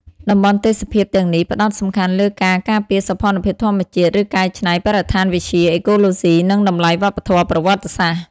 តំបន់ទេសភាពទាំងនេះផ្តោតសំខាន់លើការការពារសោភ័ណភាពធម្មជាតិ ឬកែច្នៃ បរិស្ថានវិទ្យា អេកូឡូស៊ី និងតម្លៃវប្បធម៌ប្រវត្តិសាស្ត្រ។